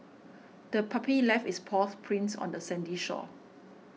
the puppy left its paw prints on the sandy shore